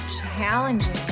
challenging